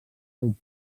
seu